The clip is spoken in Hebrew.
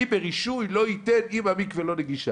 אני ברישוי לא אתן אם אין מקווה נגישה.